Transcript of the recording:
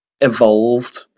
evolved